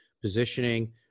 positioning